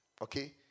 Okay